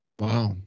wow